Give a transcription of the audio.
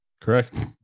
correct